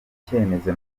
icyemezo